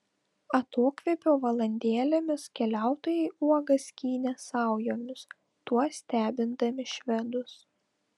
atokvėpio valandėlėmis keliautojai uogas skynė saujomis tuo stebindami švedus